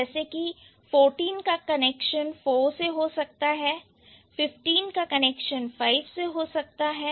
जैसे की fourteen का कनेक्शन four से हो सकता है fifteen का कनेक्शन five से हो सकता है